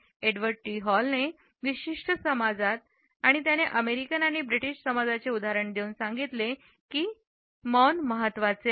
Edward T हॉलने विशिष्ट समाजात आणि त्यांनी अमेरिकन आणि ब्रिटिश समाजांचे उदाहरण देऊन सांगितले की शब्द महत्वाचे आहेत